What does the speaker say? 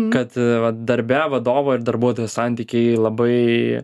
kad darbe vadovo ir darbuotojo santykiai labai